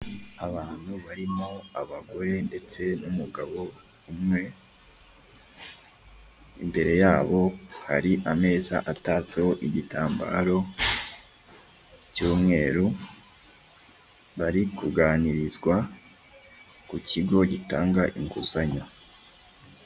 Abantu barimo abagore ndetse n'umugabo umwe, imbere yabo hari ameza atatseho igitambaro cy'umweru, bari kuganuirizwa ku kigo gitanga inguzanyo.